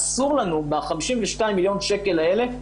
אסור לנו ב-52 מיליון שקל האלה,